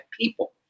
people